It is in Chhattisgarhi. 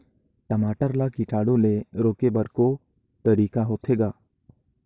टमाटर ला कीटाणु ले रोके बर को तरीका होथे ग?